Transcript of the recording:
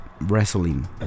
wrestling